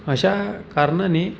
अशा कारणाने